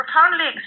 profoundly